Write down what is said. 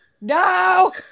no